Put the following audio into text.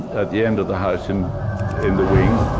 the end of the house, and in the wing.